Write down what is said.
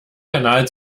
kanal